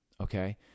Okay